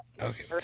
Okay